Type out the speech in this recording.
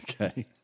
Okay